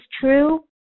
true